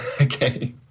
Okay